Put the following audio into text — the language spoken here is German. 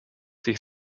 sich